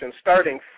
starting